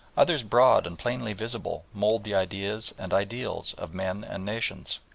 others broad and plainly visible, mould the ideas and ideals of men and nations.